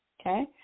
okay